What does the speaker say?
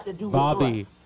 Bobby